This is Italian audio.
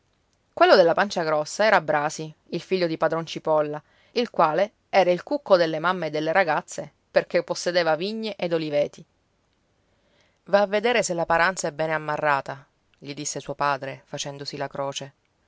quello della pancia grossa era brasi il figlio di padron cipolla il quale era il cucco delle mamme e delle ragazze perché possedeva vigne ed oliveti va a vedere se la paranza è bene ammarrata gli disse suo padre facendosi la croce